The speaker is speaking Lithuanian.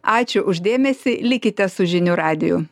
ačiū už dėmesį likite su žinių radiju